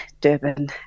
Durban